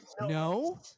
No